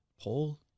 paul